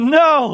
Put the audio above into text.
no